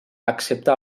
excepte